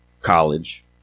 college